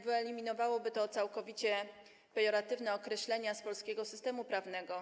Wyeliminowałoby to całkowicie pejoratywne określenia z polskiego systemu prawnego.